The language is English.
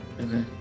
Okay